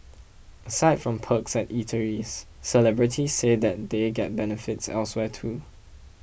aside from perks at eateries celebrities say that they get benefits elsewhere too